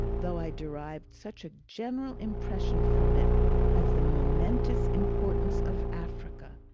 though i derived such a general impression from it of the momentous importance of africa,